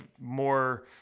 more